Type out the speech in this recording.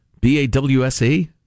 B-A-W-S-E